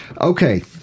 Okay